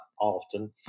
often